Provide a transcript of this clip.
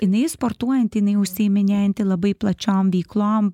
jinai sportuojanti jinai užsiiminėjanti labai plačiom veiklom